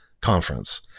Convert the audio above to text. conference